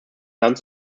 land